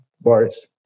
Boris